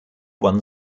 one